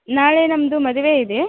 ನಾಳೆ ನಮ್ದು ಮದುವೆ ಇದೆ